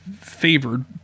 favored